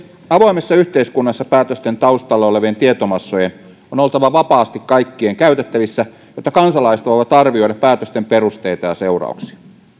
avoimessa yhteiskunnassa päätösten taustalla olevien tietomassojen on oltava vapaasti kaikkien käytettävissä jotta kansalaiset voivat arvioida päätösten perusteita ja seurauksia